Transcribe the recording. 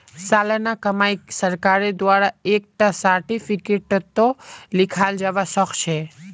सालाना कमाईक सरकारेर द्वारा एक टा सार्टिफिकेटतों लिखाल जावा सखछे